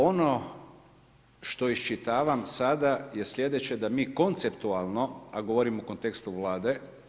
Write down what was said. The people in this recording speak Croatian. Ono što iščitavam sada je slijedeće da mi konceptualno, a govorim u kontekstu Vlade.